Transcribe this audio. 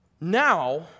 Now